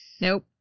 Nope